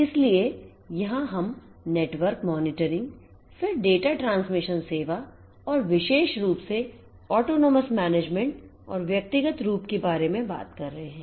इसलिए यहां हम नेटवर्क Monitoring फिर Data Transmission सेवा और विशेष रूप से Autonomous managementऔर व्यक्तिगत रूप के बारे में बात कर रहे हैं